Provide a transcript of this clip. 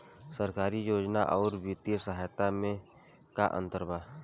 सरकारी योजना आउर वित्तीय सहायता के में का अंतर बा?